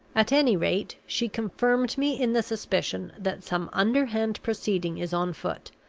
at any rate, she confirmed me in the suspicion that some underhand proceeding is on foot,